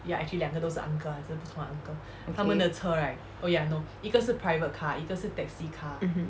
okay mmhmm